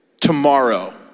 tomorrow